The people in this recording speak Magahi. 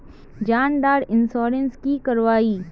जान डार इंश्योरेंस की करवा ई?